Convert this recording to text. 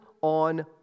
on